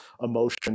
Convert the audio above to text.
emotion